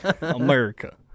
America